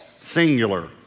singular